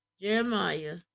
Jeremiah